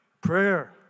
Prayer